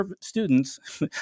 students